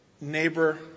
neighbor